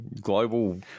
global